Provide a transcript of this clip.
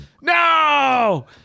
No